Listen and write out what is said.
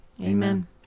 Amen